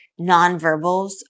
nonverbals